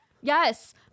Yes